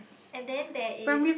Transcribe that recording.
and then there is